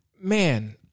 man